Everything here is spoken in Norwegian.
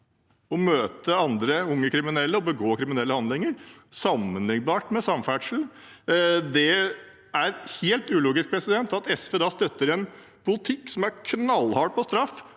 og møte andre unge kriminelle og begå kriminelle handlinger. Det er sammenlignbart med samferdsel. Det er helt ulogisk at SV støtter en politikk som er knallhard på straff